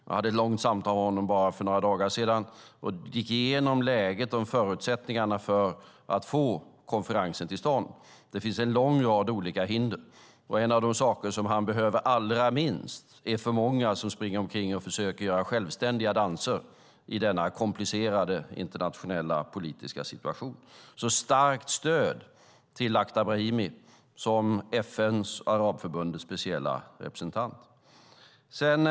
Jag hade ett långt samtal med honom för bara några dagar sedan och gick igenom läget och förutsättningarna för att få konferensen till stånd. Det finns en lång rad hinder. En av de saker han allra minst behöver är att alltför många springer omkring och försöker dansa självständigt i denna komplicerade internationella politiska situation. Starkt stöd till Lakhdar Brahimi som FN:s och Arabförbundets specielle representant är nödvändigt.